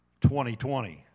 2020